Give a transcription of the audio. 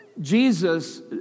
Jesus